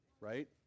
right